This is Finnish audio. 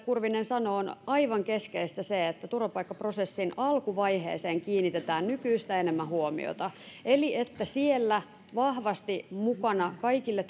kurvinen sanoo on aivan keskeistä se että turvapaikkaprosessin alkuvaiheeseen kiinnitetään nykyistä enemmän huomiota eli että siellä on vahvasti mukana kaikille